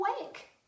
awake